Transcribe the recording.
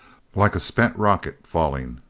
like a spent rocket falling.